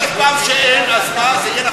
ואם תחזור אלף פעם שאין, אז מה, זה יהיה נכון?